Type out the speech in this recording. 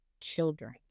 children